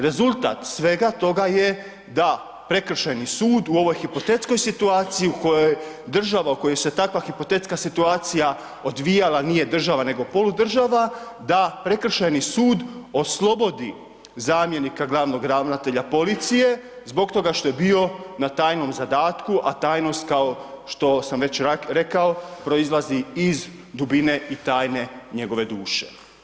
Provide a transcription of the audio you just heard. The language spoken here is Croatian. Rezultat svega toga je da prekršajni sud u ovoj hipotetskoj situaciji u kojoj država u kojoj se takva hipotetska situacija odvijala nije država nego polu država, da prekršajni sud oslobodi zamjenika glavnog ravnatelja policije zbog toga što je bio na tajnom zadatku, a tajnost, kao što sam već rekao, proizlazi iz dubine i tajne njegove duše.